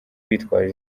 bitwaje